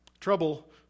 Trouble